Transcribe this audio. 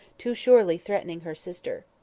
too surely threatening her sister.